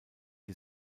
die